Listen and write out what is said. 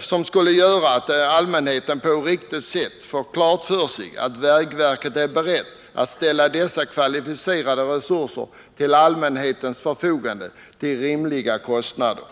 som skulle göra att allmänheten på ett riktigt sätt får klart för sig att vägverket är berett att ställa dessa kvalificerade resurser till allmänhetens förfogande till rimliga kostnader.